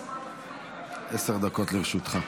עשר דקות לרשותך.